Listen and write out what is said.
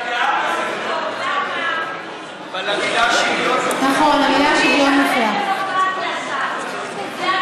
אבל המילה "שוויון" מופיעה הרבה פעמים.